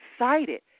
excited